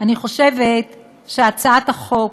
אני חושבת שהצעת החוק